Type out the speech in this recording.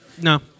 No